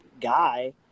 guy